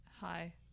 hi